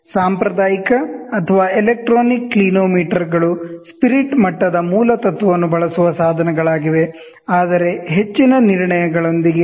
ಸಾಂಪ್ರದಾಯಿಕ ಅಥವಾ ಎಲೆಕ್ಟ್ರಾನಿಕ್ ಕ್ಲಿನೋಮೀಟರ್ಗಳು ಸ್ಪಿರಿಟ್ ಮಟ್ಟದ ಮೂಲ ತತ್ವವನ್ನು ಬಳಸುವ ಸಾಧನಗಳಾಗಿವೆ ಆದರೆ ಹೆಚ್ಚಿನ ನಿರ್ಣಯಗಳೊಂದಿಗೆ